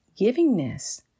givingness